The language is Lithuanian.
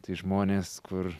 tai žmonės kur